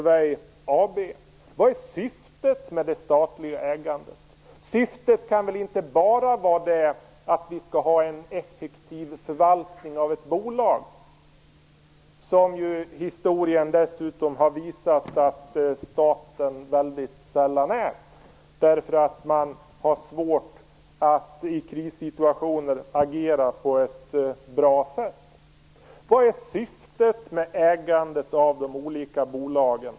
Vad är syftet med det statliga ägandet? Syftet kan väl inte bara vara att vi skall ha en effektiv förvaltning av ett bolag? Historien har dessutom visat att staten väldigt sällan klarar det, därför att staten har svårt att agera på ett bra sätt i krissituationer. Vad är syftet med ägandet av de olika bolagen?